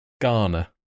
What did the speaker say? Ghana